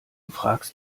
fragst